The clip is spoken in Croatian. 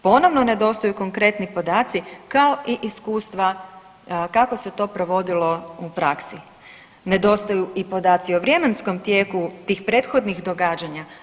Ponovno nedostaju konkretni podaci kao i iskustva kako se to provodilo u praksi, nedostaju podaci i o vremenskom tijeku tih prethodnih događanja.